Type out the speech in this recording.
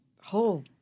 whole